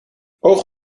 oog